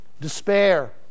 Despair